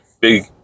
big